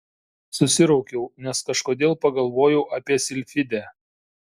susiraukiau nes kažkodėl pagalvojau apie silfidę